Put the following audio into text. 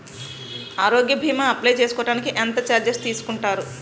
ఆరోగ్య భీమా అప్లయ్ చేసుకోడానికి ఎంత చార్జెస్ తీసుకుంటారు?